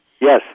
Yes